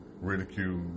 Ridicule